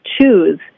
choose